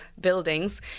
buildings